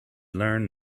learn